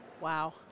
Wow